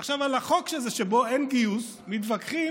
עכשיו, בחוק שבו אין גיוס מתווכחים